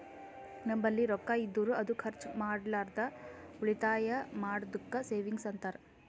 ನಂಬಲ್ಲಿ ರೊಕ್ಕಾ ಇದ್ದುರ್ ಅದು ಖರ್ಚ ಮಾಡ್ಲಾರ್ದೆ ಉಳಿತಾಯ್ ಮಾಡದ್ದುಕ್ ಸೇವಿಂಗ್ಸ್ ಅಂತಾರ